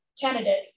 candidate